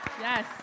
Yes